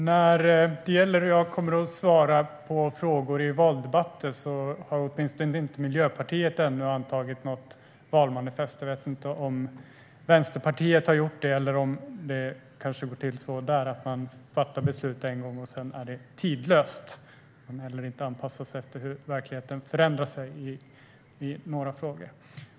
Herr talman! När det gäller hur jag kommer att svara på frågor i valdebatter har Miljöpartiet ännu inte antagit något valmanifest. Jag vet inte om Vänsterpartiet har gjort det eller om det går till så att man fattar beslut en gång och att det sedan är tidlöst, att man inte behöver anpassa sig till hur verkligheten förändras i några frågor.